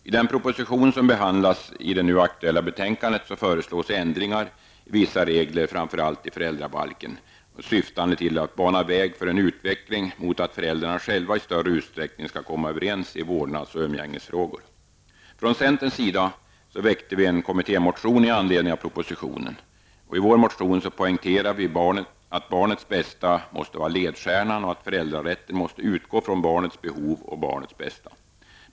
I den proposition som behandlas i det nu aktuella betänkandet föreslås ändringar i vissa regler, framför allt i föräldrabalken, syftande till att bana väg för en utveckling mot att föräldrarna själva i större utsträckning skall kunna komma överens i vårdnads och umgängesfrågor. Centern väckte en kommittémotion med anledning av propositionen. I vår motion poängterar vi att barnets bästa måste vara ledstjärnan och att föräldrarätten måste utgå från barnets behov och barnets bästa.